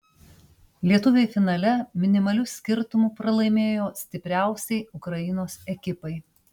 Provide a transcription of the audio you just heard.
lietuviai finale minimaliu skirtumu pralaimėjo stipriausiai ukrainos ekipai